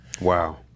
Wow